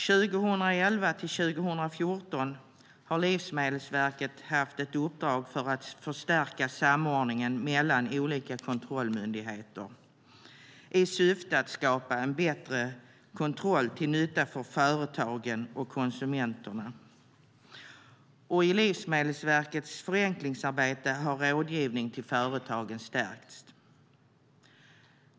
År 2011-2014 har Livsmedelsverket haft ett uppdrag att förstärka samordningen mellan olika kontrollmyndigheter i syfte att skapa en bättre kontroll till nytta för företagen och konsumenterna. I Livsmedelsverkets förenklingsarbete har rådgivning till företagen stärkts.